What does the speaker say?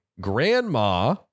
grandma